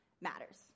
Matters